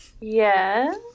Yes